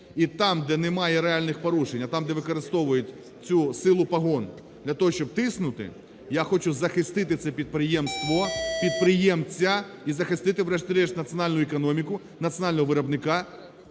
і там, де немає реальних порушень, а там, де використовують цю силу погон для того, щоб тиснути, я хочу захистити це підприємство, підприємця і захистити врешті-решт національну економіку, національного виробника,